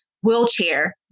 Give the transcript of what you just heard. wheelchair